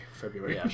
February